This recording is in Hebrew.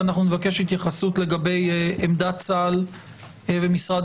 ואנחנו נבקש התייחסות לגבי עמדת צה"ל ומשרד